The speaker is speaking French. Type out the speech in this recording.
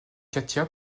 katia